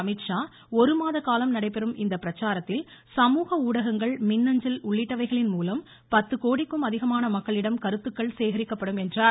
அமீத்ஷா ஒருமாத காலம் நடைபெறும் இந்த பிரச்சாரத்தில் சமூக ஊடகங்கள் மின்னஞ்சல் உள்ளிட்டவைகளின்மூலம் பத்து கோடிக்கும் அதிகமான மக்களிடம் கருத்துக்கள் சேகரிக்கப்படும் என்றார்